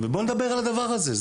ובואו נדבר על הדבר הזה.